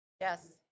Yes